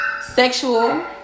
Sexual